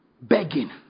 begging